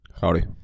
Howdy